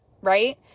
right